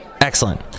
Excellent